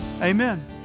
amen